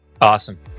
Awesome